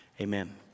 Amen